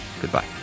Goodbye